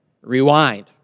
Rewind